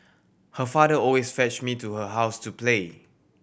her father always fetch me to her house to play